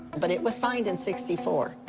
but it was signed in sixty four.